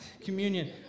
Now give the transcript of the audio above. Communion